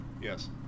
Yes